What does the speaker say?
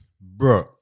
Bro